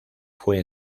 fue